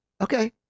Okay